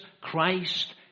Christ